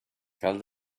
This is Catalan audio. cal